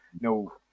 No